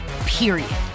period